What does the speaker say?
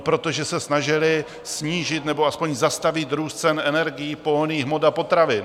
Protože se snažili snížit, nebo aspoň zastavit růst cen energií, pohonných hmot a potravin.